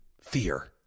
Fear